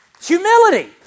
Humility